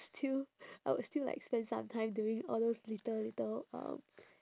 still I would still like spend some time doing all those little little um